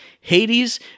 hades